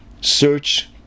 search